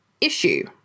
issue